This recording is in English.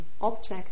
object